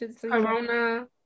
Corona